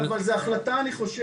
נכון, אבל זו החלטה אני חושב.